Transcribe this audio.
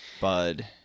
bud